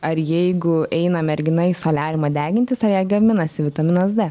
ar jeigu eina mergina į soliariumą degintis ar jai gaminasi vitaminas d